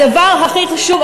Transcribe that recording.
הדבר הכי חשוב,